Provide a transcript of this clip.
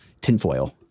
tinfoil